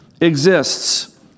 Exists